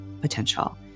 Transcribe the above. potential